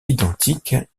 identiques